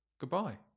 Goodbye